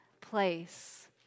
place